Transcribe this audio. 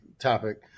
topic